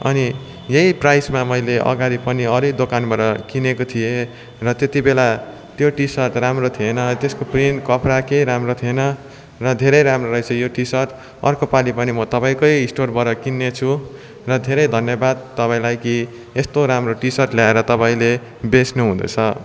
अनि यही प्राइजमा मैले अघाडि पनि अरू नै दोकानबाट किनेको थिए र त्यति बेला त्यो टी सर्ट राम्रो थिएन त्यस्को प्रिन्ट कपडा केही राम्रो थिएन र धेरै राम्रो रहेछ यो टी सर्ट अर्को पालि पनि म तपाईँकै स्टोरबाट किन्नेछु र धेरै धन्यवाद तपाईँलाई कि यस्तो राम्रो टी सर्ट ल्याएर तपाईँले बेच्नुहुँदैछ